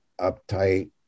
uptight